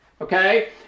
okay